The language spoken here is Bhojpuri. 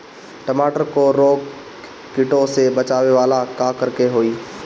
टमाटर को रोग कीटो से बचावेला का करेके होई?